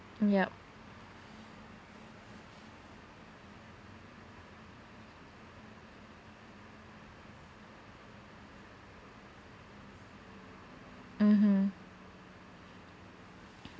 yup mmhmm